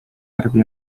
värvi